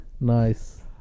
Nice